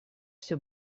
все